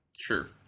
Sure